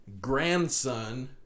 grandson